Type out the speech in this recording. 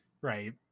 right